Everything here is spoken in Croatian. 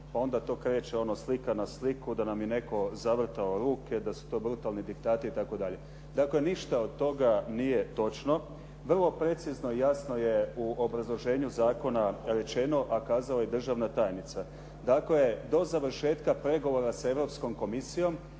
pa onda to kreće ono slika na sliku da nam je netko zavrtao ruke, da su to brutalni diktati itd. Dakle, ništa od toga nije točno, vrlo precizno i jasno je u obrazloženju zakona rečeno, a kazala je državna tajnica. Dakle, do završetka pregovora s Europskom komisijom,